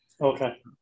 Okay